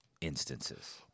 instances